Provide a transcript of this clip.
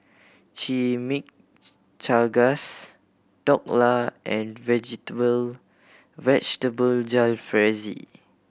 Chimichangas Dhokla and Vegetable Vegetable Jalfrezi